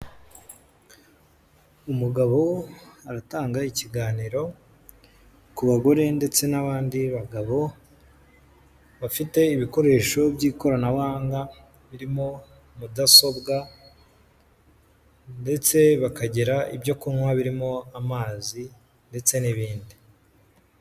Umugabo aratanga ikiganiro ku bagore ndetse n'abandi bagabo, bafite ibikoresho by'ikoranabuhanga birimo mudasobwa ndetse bakagira ibyo kunywa, birimo amazi ndetse n'ibindi.